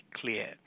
clear